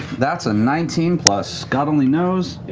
that's a nineteen plus god only knows.